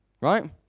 Right